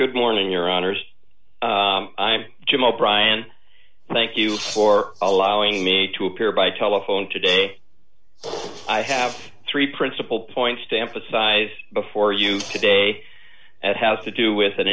good morning your honor i'm jim o'brien thank you for allowing me to appear by telephone today i have three principal points to emphasize before you today at has to do with